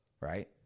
right